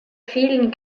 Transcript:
vielen